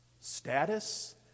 Status